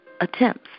attempts